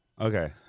okay